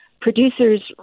producers